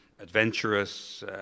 Adventurous